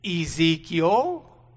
Ezekiel